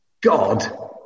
God